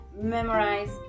memorize